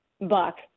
Buck